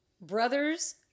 brothers